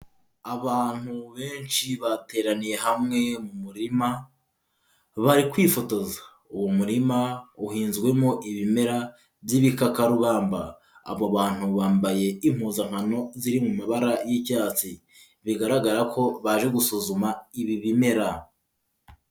Abantu benshi bateraniye hamwe mu murima, bari kwifotoza, uwo murima uhinzwemo ibimera by'ibikakarubamba, abo bantu bambaye impuzankano ziri mu mabara y'icyatsi bigaragara ko baje gusuzuma ibi bimera.